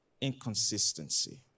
inconsistency